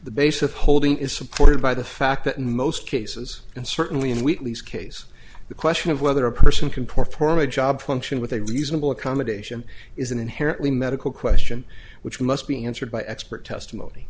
the basic holding is supported by the fact that in most cases and certainly in wheatley's case the question of whether a person can perform a job function with a reasonable accommodation is an inherently medical question which must be answered by expert testimony